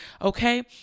okay